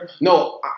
No